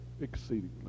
exceedingly